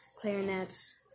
clarinets